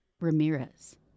Ramirez